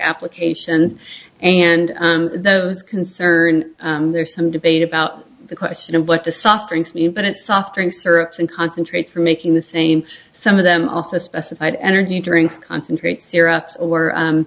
applications and those concerned there's some debate about the question of what the soft drinks mean but it soft drinks are and concentrate for making the same some of them also specified energy drinks concentrate syrup or